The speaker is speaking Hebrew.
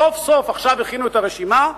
סוף-סוף עכשיו הכינו את הרשימה.